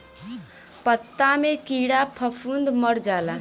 पत्ता मे कीड़ा फफूंद मर जाला